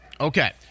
Okay